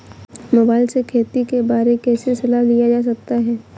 Mobile से खेती के बारे कैसे सलाह लिया जा सकता है?